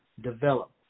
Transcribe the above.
develop